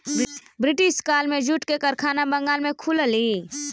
British काल में jute के कारखाना बंगाल में खुललई